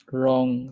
wrong